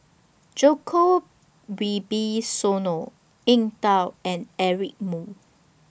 Djoko Wibisono Eng Tow and Eric Moo